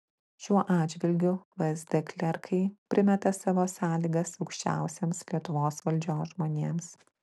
šiuo atžvilgiu vsd klerkai primeta savo sąlygas aukščiausiems lietuvos valdžios žmonėms